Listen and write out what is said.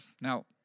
Now